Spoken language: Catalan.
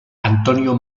antonio